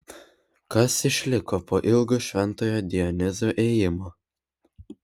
kas išliko po ilgo šventojo dionizo ėjimo